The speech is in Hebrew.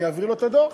אני אעביר לו את הדוח.